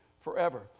forever